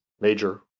major